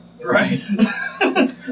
Right